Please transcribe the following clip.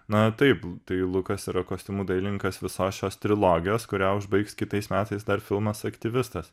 na taip tai lukas yra kostiumų dailininkas visos šios trilogijos kurią užbaigs kitais metais dar filmas aktyvistas